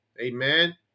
amen